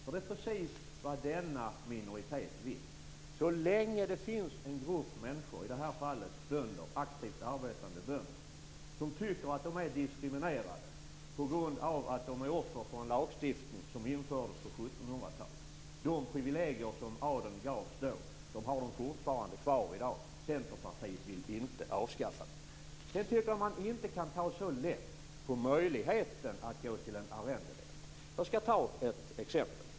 Det är precis vad denna minoritet vill, så länge det finns en grupp människor, i detta fall aktivt arbetande bönder, som tycker att de är diskriminerade på grund av att de är offer för en lagstiftning som infördes på 1700-talet. De privilegier som adeln gavs då har de fortfarande kvar i dag. Centerpartiet vill inte avskaffa dem. Jag tycker inte att man kan ta så lätt på möjligheten att gå till en arrendenämnd. Jag skall ta ett exempel.